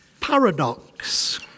paradox